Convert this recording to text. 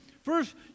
First